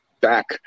back